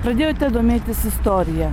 pradėjote domėtis istorija